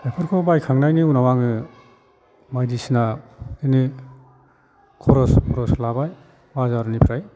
बेफोरखौ बायखांनायनि उनाव आङो बायदिसिना बिदिनो ख'रस थरस लाबाय बाजारनिफ्राय